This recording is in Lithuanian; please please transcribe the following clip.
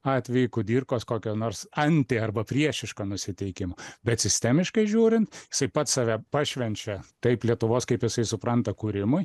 atvejui kudirkos kokio nors anti arba priešiško nusiteikimo bet sistemiškai žiūrint jisai pats save pašvenčia taip lietuvos kaip jisai supranta kūrimui